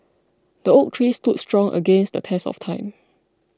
the oak trees stood strong against the test of time